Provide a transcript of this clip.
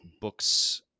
books